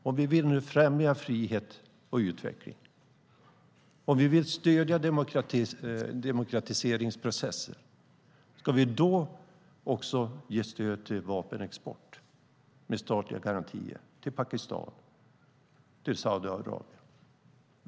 Om vi vill främja frihet och utveckling och stödja demokratiseringsprocessen, ska vi då också ge stöd till vapenexport med statliga garantier till Pakistan och Saudiarabien?